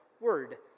Word